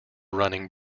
running